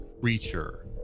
creature